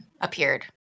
appeared